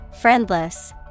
Friendless